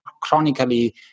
chronically